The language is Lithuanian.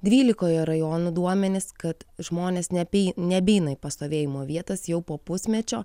dvylikoje rajonų duomenys kad žmonės neapei nebeina į pastovėjimo vietas jau po pusmečio